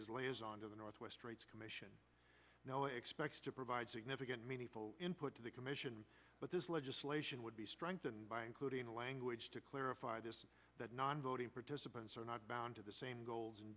as liaison to the northwest rights commission now expects to provide significant meaningful input to the commission but this legislation would be strengthened by including the language to clarify this that non voting participants are not bound to the same goals and